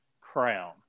crown